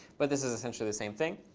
but this is essentially the same thing.